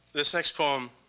this next poem